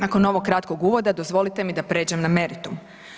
Nakon ovog kratkog uvoda dozvolite mi da prijeđen na meritum.